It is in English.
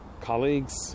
colleagues